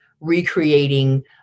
recreating